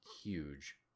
huge